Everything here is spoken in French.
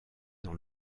dans